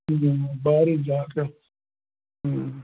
ਬਾਹਰ ਹੀ ਜਾ ਕੇ ਹਮ